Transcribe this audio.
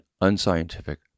unscientific